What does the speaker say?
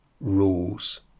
rules